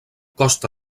costa